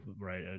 right